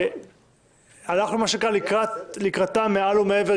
הלכנו לקראתם מעל ומעבר,